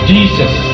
Jesus